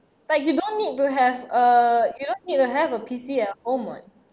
like you don't need to have a you don't need to have a P_C at home [what]